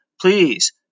please